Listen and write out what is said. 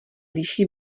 liší